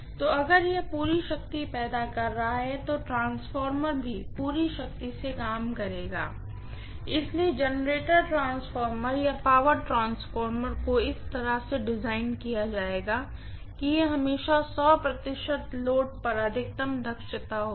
तो अगर यह पूरी शक्ति पैदा कर रहा है तो ट्रांसफार्मर भी पूरी शक्ति से काम करेगा इसलिए जनरेटर ट्रांसफार्मर या पावर ट्रांसफार्मर को इस तरह से डिज़ाइन किया जाएगा कि यह हमेशा 100 लोड पर अधिकतम दक्षता होगी